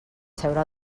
seure